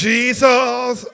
Jesus